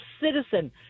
citizen